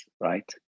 right